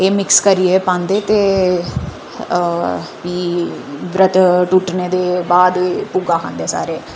एह् मिक्स करियै पांदे ते बी बरत टुटने दे बाद भुग्गा खंदे सारे